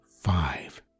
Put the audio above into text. five